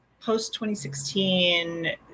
post-2016